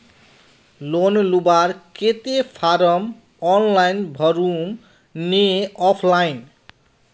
Loan लुबार केते form online भरुम ने ऑफलाइन?